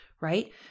Right